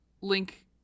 link